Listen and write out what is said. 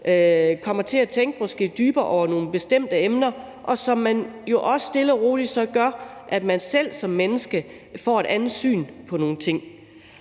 kommer til at tænke dybere over nogle bestemte emner, hvad der jo så også stille og roligt gør, at man selv som menneske får et andet syn på nogle ting.